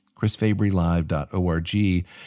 chrisfabrylive.org